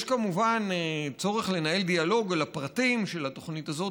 יש כמובן צורך לנהל דיאלוג על הפרטים של התוכנית הזאת,